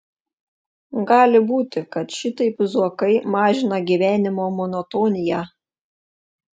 gali būti kad šitaip zuokai mažina gyvenimo monotoniją